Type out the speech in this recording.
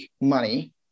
money